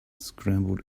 scrambled